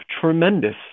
tremendous